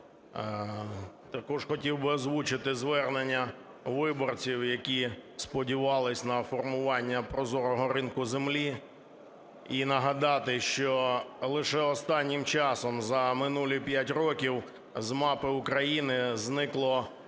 Також хотів би озвучити звернення виборців, які сподівались на формування прозорого ринку землі, і нагадати, що лише останнім часом за минулі 5 років з мапи України зникло